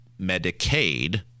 Medicaid